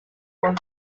con